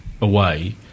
away